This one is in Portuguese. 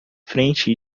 frente